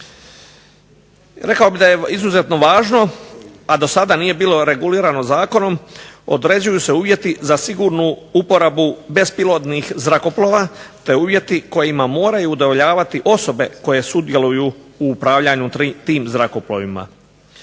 Rekao bih da je izuzetno važno, a do sada nije bilo regulirano zakonom određuju se uvjeti za sigurnu uporabu bespilotnih zrakoplova, te uvjeti kojima moraju udovoljavati osobe koje sudjeluju u upravljanju tim zrakoplovima.